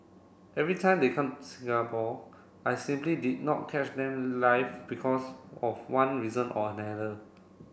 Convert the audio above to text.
every time they come Singapore I simply did not catch them live because of one reason or another